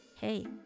hey